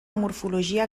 morfologia